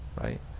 Right